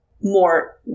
more